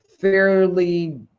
fairly